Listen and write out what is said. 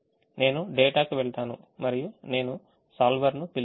నేను డేటాకు వెళ్తాను మరియు నేను solver ను పిలుస్తాను